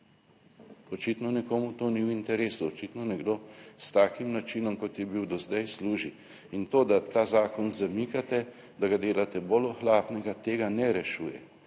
očitno nekomu to ni v interesu, očitno nekdo s takim načinom kot je bil do zdaj, služi, in to, da ta zakon zamikate, da ga delate bolj ohlapnega, tega ne rešuje,